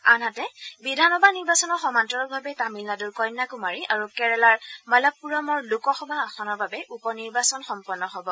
আনহাতে বিধানসভা নিৰ্বাচনৰ সমান্তৰালভাৱে তামিলনাডুৰ কন্যাকুমাৰী আৰু কেৰালাৰ মালপ্পূৰমৰ লোকসভা আসনৰ বাবে উপ নিৰ্বাচন সম্পন্ন হ'ব